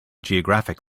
geographic